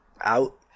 out